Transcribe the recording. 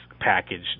package